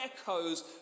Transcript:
echoes